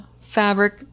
fabric